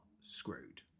screwed